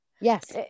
Yes